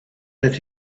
that